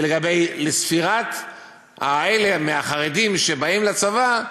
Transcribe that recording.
כי בספירת האלה מהחרדים שבאים לצבא,